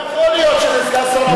לא יכול להיות שזה סגן שר האוצר.